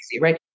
right